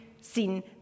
seen